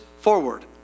forward